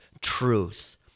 truth